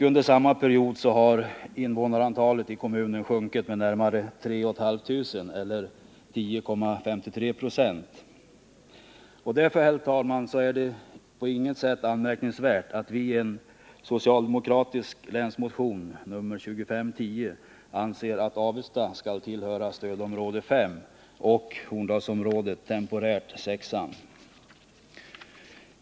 Under samma period har invånarantalet i kommunen sjunkit med närmare 3 500 eller 10,53 96. Därför, herr talman, är det på inget sätt anmärkningsvärt att vi i en socialdemokratisk länsmotion nr 2510 anser att Avesta skall tillhöra stödområde 5 och Horndalsområdet temporärt stödområde 6.